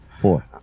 Four